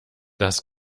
das